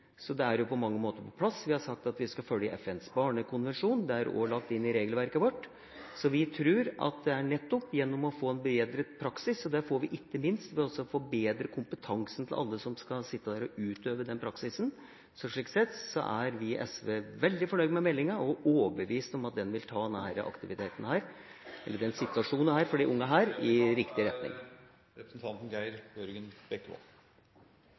Så det er jo på mange måter på plass. Vi har sagt at vi skal følge FNs barnekonvensjon, det er også lagt inn i regelverket vårt. Vi tror at det nettopp gjelder å få en bedre praksis, og det får vi ikke minst ved å forbedre kompetansen til alle som skal sitte og utøve praksisen. Slik sett er vi i SV veldig fornøyd med meldinga og overbevist om at den vil ta situasjonen for de unge her, i riktig retning.